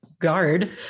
guard